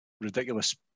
ridiculous